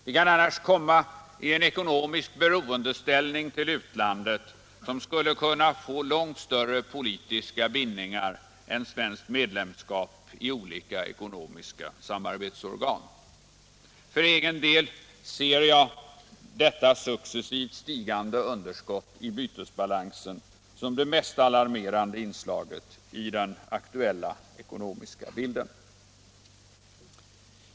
Vi kan annars komma i en ekonomisk beroendeställning till utlandet, som skulle kunna få långt större politiska bindningar än svenskt medlemskap i olika ekonomiska samarbetsorgan. För egen del anser jag detta successivt stigande underskott i bytesbalansen som det mest alarmerande inslaget i den aktuella ekonomiska bilden.